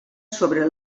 sobre